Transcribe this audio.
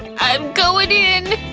i'm goin' in!